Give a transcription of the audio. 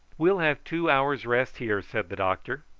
we'll have two hours' rest here, said the doctor,